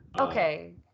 Okay